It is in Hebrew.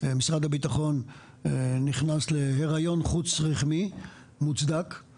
משרד הביטחון נכנס להיריון חוץ רחמי מוצדק,